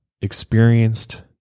experienced